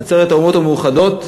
עצרת האומות המאוחדות,